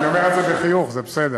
אני אומר את זה בחיוך, זה בסדר.